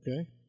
Okay